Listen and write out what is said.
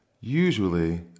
Usually